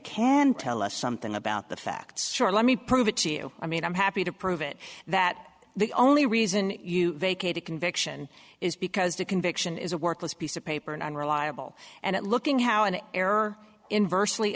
can tell us something about the facts let me prove it to you i mean i'm happy to prove it that the only reason you vacate a conviction is because a conviction is a worthless piece of paper and unreliable and looking how an error inversely